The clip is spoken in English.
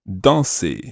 danser